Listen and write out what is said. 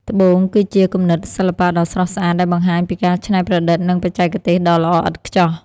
ត្បូង គឺជាគំនិតសិល្បៈដ៏ស្រស់ស្អាតដែលបង្ហាញពីការច្នៃប្រឌិត និងបច្ចេកទេសដ៏ល្អឥតខ្ចោះ។